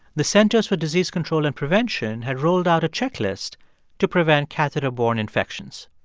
the centers for disease control and prevention had rolled out a checklist to prevent catheter-borne infections.